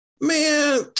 Man